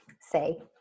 say